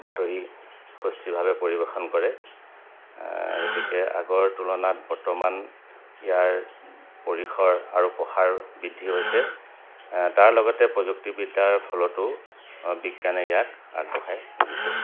বাতৰি সুস্থিৰভাৱে পৰিৱেশন কৰে গতিকে আগৰ তুলনাত বৰ্তমান ইয়াৰ পৰিসৰ আৰু প্ৰসাৰ বৃদ্ধি হৈছে তাৰ লগতে প্ৰযুক্তিবিদ্যাৰ ফলতো বিজ্ঞানে ইয়াক আগবঢ়াই দিছে